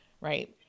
right